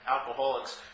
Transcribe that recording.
Alcoholics